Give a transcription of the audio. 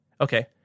Okay